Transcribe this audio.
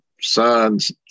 son's